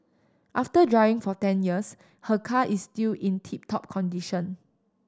after driving for ten years her car is still in tip top condition